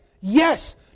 Yes